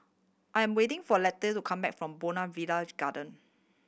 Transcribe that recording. I'm waiting for Letty to come back from Bougainvillea Garden